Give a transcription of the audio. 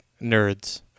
Nerds